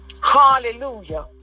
Hallelujah